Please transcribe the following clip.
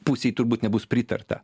pusei turbūt nebus pritarta